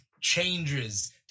changes